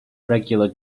regular